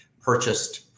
purchased